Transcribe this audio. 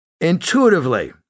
intuitively